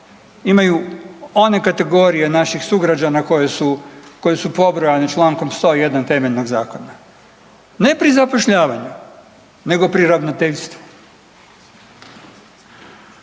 imaju one kategorije naših sugrađana koji su pobrojane člankom 101. temeljnog Zakona. Ne pri zapošljavanju, nego pri ravnateljstvu.